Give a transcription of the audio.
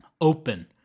open